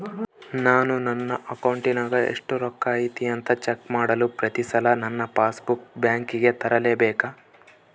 ನಾನು ನನ್ನ ಅಕೌಂಟಿನಾಗ ಎಷ್ಟು ರೊಕ್ಕ ಐತಿ ಅಂತಾ ಚೆಕ್ ಮಾಡಲು ಪ್ರತಿ ಸಲ ನನ್ನ ಪಾಸ್ ಬುಕ್ ಬ್ಯಾಂಕಿಗೆ ತರಲೆಬೇಕಾ?